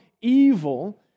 evil